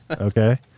Okay